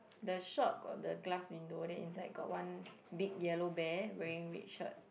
the shop got the glass window then inside got one big yellow bear wearing red shirt